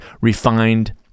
refined